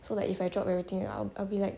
so like if I drop everything I'll I'll be like